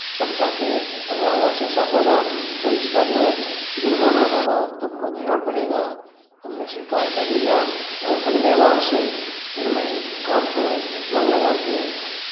समझा के अगला बार से ऐसा होगा तो इसका जो ज़ुर्माना होगा तुमको देना पड़ेगा हमने स्वीकार कर लिया और अगले बार से फिर मैं काम को मन लगा के